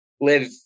live